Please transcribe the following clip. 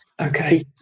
Okay